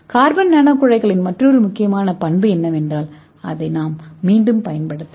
carbon nano குழாய்களின் மற்றொரு முக்கியமான சொத்து என்னவென்றால் அதை நாம் மீண்டும் பயன்படுத்தலாம்